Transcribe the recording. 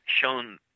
shown